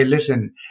listen